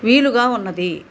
వీలుగా ఉన్నది